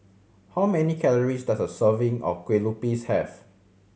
how many calories does a serving of Kueh Lupis have